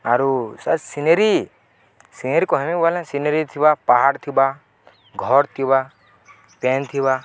ଆରୁ sir scenery scenery କହେମି ବଲେ ସିନେରୀ ଥିବା ପାହାଡ଼ ଥିବା ଘର ଥିବା ପେନ୍ ଥିବା